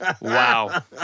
Wow